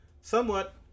somewhat